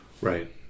Right